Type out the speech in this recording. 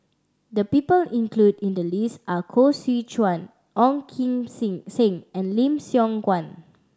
the people included in the list are Koh Seow Chuan Ong Kim Sing Seng and Lim Siong Guan